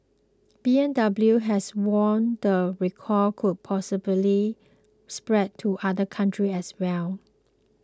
B M W has warned the recall could possibly spread to other countries as well